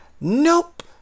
Nope